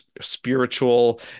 spiritual